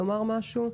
לא.